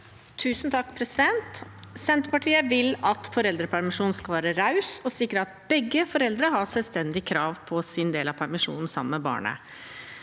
(Sp) Senterparti- et vil at foreldrepermisjonen skal være raus og sikre at begge foreldre har et selvstendig krav på sin del av permisjonen sammen med barnet.